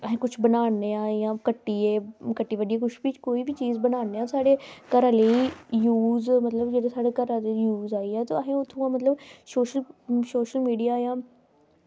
ते अस किश बनान्ने आं कट्टी बड्ढियै किश कोई बी चीज़ बनान्ने आं साढ़े घरै लेई ते जेह्ड़ी साढ़े घरै लेई मतलब यूज़ आई जा सोशल मीडिया जां